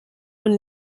und